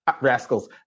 Rascals